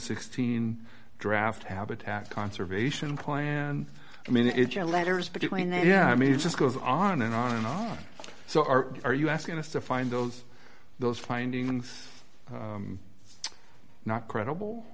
sixteen draft habitat conservation plan i mean it's the letters between the yeah i mean it just goes on and on and on so are are you asking us to find those those finding month not credible